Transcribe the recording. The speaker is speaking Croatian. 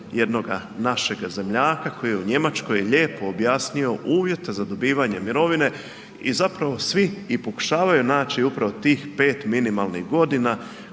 jednoga našega zemljaka koji je u Njemačkoj, lijepo je objasnio uvjete za dobivanje mirovine i zapravo svi pokušavaju naći upravo tih pet minimalnih godina